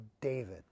David